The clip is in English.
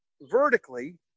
vertically